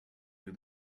you